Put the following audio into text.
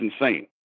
insane